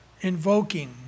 Invoking